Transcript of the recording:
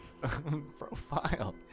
profile